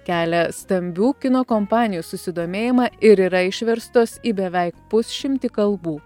kelia stambių kino kompanijų susidomėjimą ir yra išverstos į beveik pusšimtį kalbų